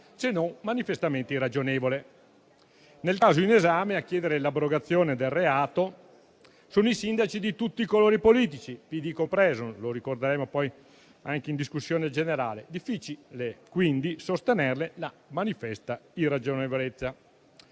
se non manifestamente irragionevole. Nel caso in esame, a chiedere l'abrogazione del reato sono i sindaci di tutti i colori politici, PD compreso, e lo ricorderemo poi anche in discussione generale. Difficile, quindi, è sostenerne la manifesta irragionevolezza.